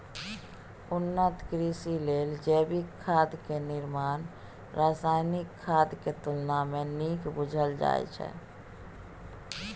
उन्नत कृषि लेल जैविक खाद के निर्माण रासायनिक खाद के तुलना में नीक बुझल जाइ छइ